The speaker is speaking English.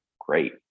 great